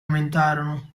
aumentarono